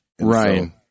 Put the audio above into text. right